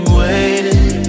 waiting